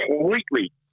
completely